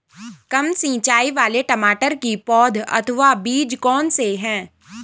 कम सिंचाई वाले टमाटर की पौध अथवा बीज कौन से हैं?